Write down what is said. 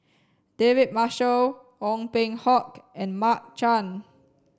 David Marshall Ong Peng Hock and Mark Chan